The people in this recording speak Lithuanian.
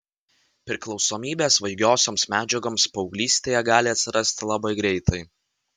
priklausomybė svaigiosioms medžiagoms paauglystėje gali atsirasti labai greitai